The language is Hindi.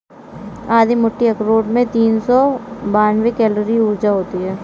आधी मुट्ठी अखरोट में तीन सौ बानवे कैलोरी ऊर्जा होती हैं